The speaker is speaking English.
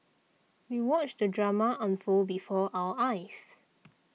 we watched the drama unfold before our eyes